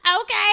Okay